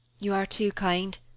you are too kind,